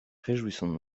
réjouissons